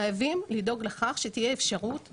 חייבים לדאוג לכך שתהיה אפשרות לתכנן,